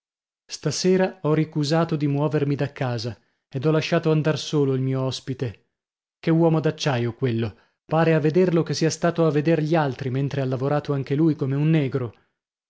stasera ho ricusato di muovermi da casa ed ho lasciato andar solo il mio ospite che uomo d'acciaio quello pare a vederlo che sia stato a veder gli altri mentre ha lavorato anche lui come un negro